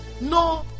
no